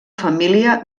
família